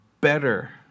better